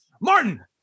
Martin